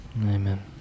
Amen